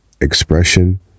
expression